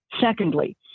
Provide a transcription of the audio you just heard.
secondly